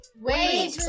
Wait